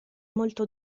molto